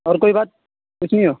اور کوئی بات کچھ نہیں اور